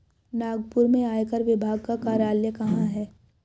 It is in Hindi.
नागपुर में आयकर विभाग का कार्यालय कहाँ है?